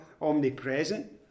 omnipresent